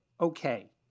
okay